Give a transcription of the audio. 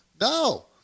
No